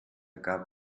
gab